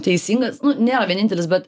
teisingas nėra vienintelis bet